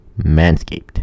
Manscaped